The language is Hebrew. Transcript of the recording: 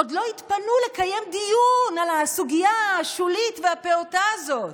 עוד לא התפנו לקיים דיון על הסוגיה השולית והפעוטה הזאת.